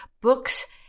books